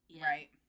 Right